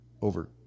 over